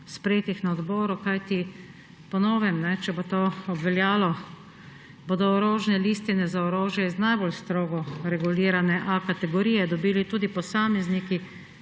sprejetih na odboru. Po novem, če bo to obveljalo, bodo orožne listine za orožje iz najbolj strogo regulirane kategorije A dobili tudi posamezniki,